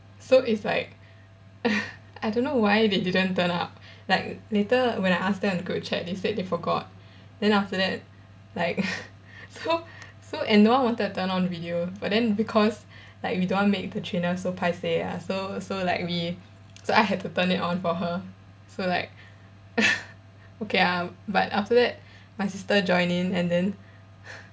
so it's like I don't know why they didn't turn up like later when I ask them in the group chat they said they forgot then after that like so so and no one wanted to turn on video but then because like we don't want make the trainer so paiseh ah so so like we so I had to turn it on for her so like okay ah but after that my sister joined in and then